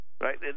Right